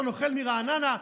אותו נוכל מרעננה,